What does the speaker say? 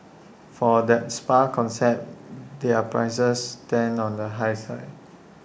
for that spa concept their prices stand on the high side